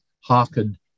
hearkened